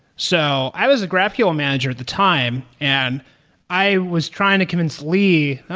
so i was a graphql manager at the time and i was trying to convince lee, oh!